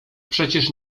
przecież